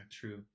True